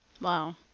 Wow